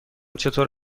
چطور